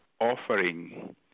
offering